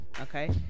okay